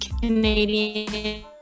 Canadian